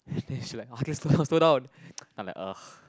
then she like ah k slow down slow down then I like ugh